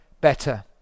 better